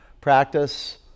Practice